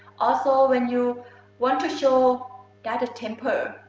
also when you want to show guide a temple,